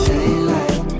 Daylight